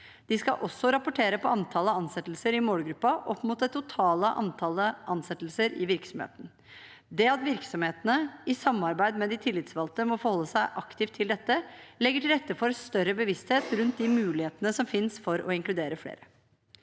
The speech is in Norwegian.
De skal også rapportere på antallet ansettelser i målgruppen opp mot det totale antallet ansettelser i virksomheten. Det at virksomhetene i samarbeid med de tillitsvalgte må forholde seg aktivt til dette legger til rette for større bevissthet rundt de mulighetene som finnes for å inkludere flere.